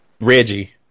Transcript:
Reggie